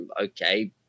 Okay